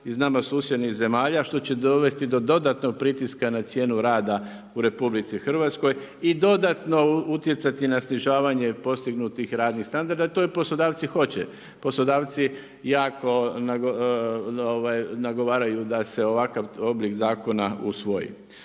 iz nama susjednih zemalja što će dovesti do dodatnog pritiska na cijenu rada u RH i dodatno utjecati na snižavanje postignutih radnih standarda. To poslodavci hoće. Poslodavci jako nagovaraju da se ovakav oblik zakona usvoji.